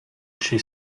she